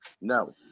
No